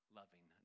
loving